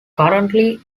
currently